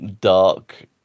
dark